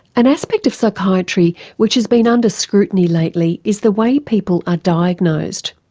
an aspect of psychiatry which has been under scrutiny lately is the way people are diagnosed.